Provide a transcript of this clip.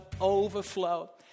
overflow